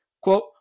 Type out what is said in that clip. Quote